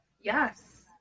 Yes